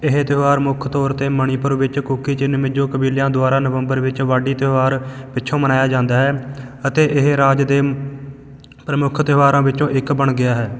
ਇਹ ਤਿਉਹਾਰ ਮੁੱਖ ਤੌਰ 'ਤੇ ਮਣੀਪੁਰ ਵਿੱਚ ਕੁਕੀ ਚਿਨ ਮਿਜ਼ੋ ਕਬੀਲਿਆਂ ਦੁਆਰਾ ਨਵੰਬਰ ਵਿੱਚ ਵਾਢੀ ਤਿਉਹਾਰ ਪਿੱਛੋਂ ਮਨਾਇਆ ਜਾਂਦਾ ਹੈ ਅਤੇ ਇਹ ਰਾਜ ਦੇ ਪ੍ਰਮੁੱਖ ਤਿਉਹਾਰਾਂ ਵਿੱਚੋਂ ਇੱਕ ਬਣ ਗਿਆ ਹੈ